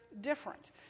different